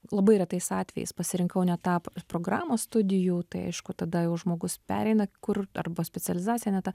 labai retais atvejais pasirinkau ne tą programą studijų tai aišku tada jau žmogus pereina kur arba specializacija ne ta